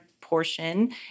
portion